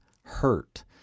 hurt